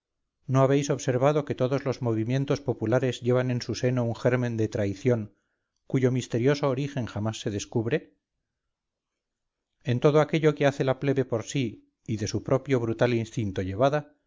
no habéis observado que todos los movimientos populares llevan en su seno un germen de traición cuyo misterioso origen jamás se descubre en todo aquello que hace la plebe por sí y de su propio brutal instinto llevada